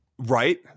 Right